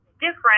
different